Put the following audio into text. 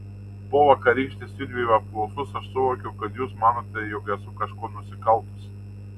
po vakarykštės judviejų apklausos aš suvokiau kad jūs manote jog esu kažkuo nusikaltusi